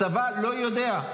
הצבא לא יודע.